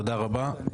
תודה רבה,